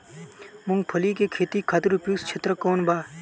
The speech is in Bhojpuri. मूँगफली के खेती खातिर उपयुक्त क्षेत्र कौन वा?